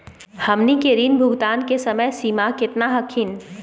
हमनी के ऋण भुगतान के समय सीमा केतना हखिन?